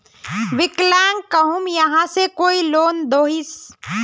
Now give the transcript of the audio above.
विकलांग कहुम यहाँ से कोई लोन दोहिस?